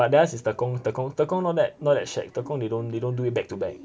but theirs is tekong tekong tekong not that not that shag tekong they don't they don't do it back to back